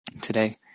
today